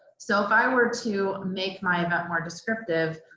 so if i were to make my event more descriptive,